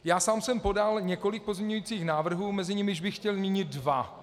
Já sám jsem podal několik pozměňujících návrhů, mezi nimiž bych chtěl zmínit dva.